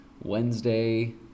Wednesday